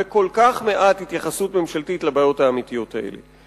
וכל כך מעט התייחסות ממשלתית לבעיות האמיתיות האלה.